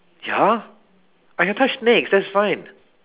ya I can touch snakes that's fine